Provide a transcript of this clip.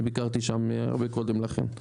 אני ביקרתי שם הרבה קודם לכן.